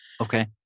okay